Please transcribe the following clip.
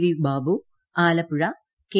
V Babu Alappuzha K